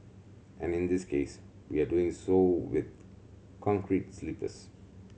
and in this case we are doing so with concrete sleepers